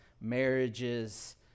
marriages